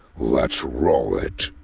let's roll it!